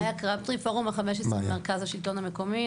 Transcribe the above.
מאיה קרבטרי, פורום ה-15, מרכז השלטון המקומי.